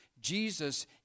Jesus